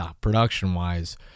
production-wise